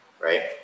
right